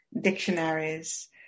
dictionaries